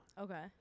Okay